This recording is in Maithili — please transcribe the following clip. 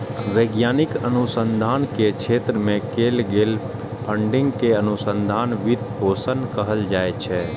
वैज्ञानिक अनुसंधान के क्षेत्र मे कैल गेल फंडिंग कें अनुसंधान वित्त पोषण कहल जाइ छै